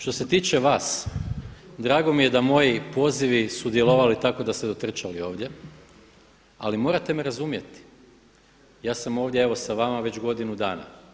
Što se tiče vas, drago mi je da moji pozivi su djelovali tako da ste dotrčali ovdje, ali morate me razumjeti, ja sam ovdje evo sa vama već godinu dana.